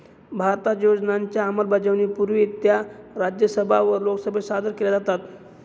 भारतात योजनांच्या अंमलबजावणीपूर्वी त्या राज्यसभा व लोकसभेत सादर केल्या जातात